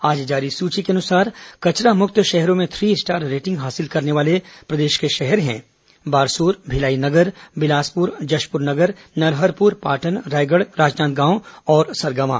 आज जारी सूची के अनुसार कचरा मुक्त शहरों में थ्री स्टार रेटिंग हासिल करने वाले प्रदेश के शहर है बारसूर भिलाई नगर बिलासपुर जशपुरनगर नरहरपुर पाटन रायगढ़ राजनांदगांव और सरगवां